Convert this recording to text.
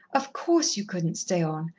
of course, you couldn't stay on.